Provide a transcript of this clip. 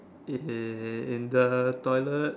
in in the toilet